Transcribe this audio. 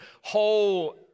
whole